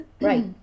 right